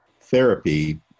therapy